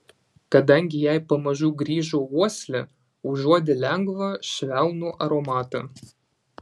kadangi jai pamažu grįžo uoslė užuodė lengvą švelnų aromatą